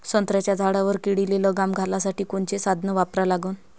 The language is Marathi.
संत्र्याच्या झाडावर किडीले लगाम घालासाठी कोनचे साधनं वापरा लागन?